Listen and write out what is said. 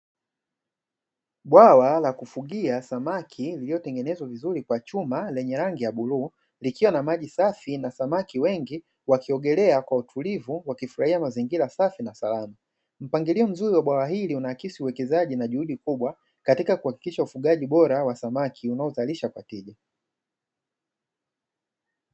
Bwawa la kufugia samaki lililo tengenezwa vizuri kwa chuma na lenye rangi ya bluu likiwa na maji safi na samaki wengi wakiogelea kwa utulivu wakifurahia mazingira safi na salama. Mpangilio mzuri wa bwawa hili unaaksi uwekezaji na juhudi kubwa, katika kuhakikisha ufugaji bora wa samaki unaozalisha kwa tija.